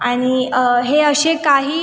आणि हे असे काही